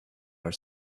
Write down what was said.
are